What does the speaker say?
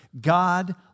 God